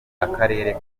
akarere